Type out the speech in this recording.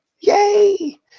Yay